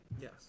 Yes